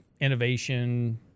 innovation